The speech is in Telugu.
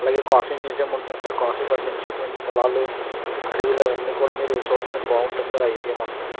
అలాగే కాఫీ మ్యూజియం ఉంటుంది సార్ కాఫీ పండించేటటువంటి పొలాలు అడవులు అవన్నీ కూడా మీరు చూడడానికి బాగుంటుంది సార్ ఆ ఏరియా మొత్తం